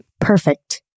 Perfect